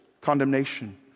condemnation